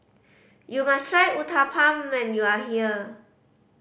you must try Uthapam when you are here